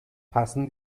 passen